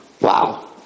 Wow